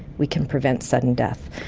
we can prevent sudden death.